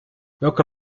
welke